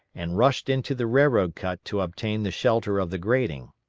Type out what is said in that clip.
and rushed into the railroad cut to obtain the shelter of the grading.